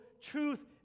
truth